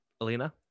Alina